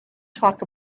talk